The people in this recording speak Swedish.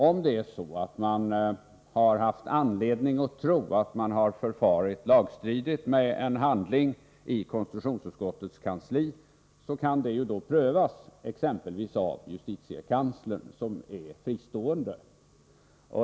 Om det har funnits anledning att tro att man har förfarit lagstridigt med en handling i konstitutionsutskottets kansli, kan det prövas exempelvis av justitiekanslern som är fristående.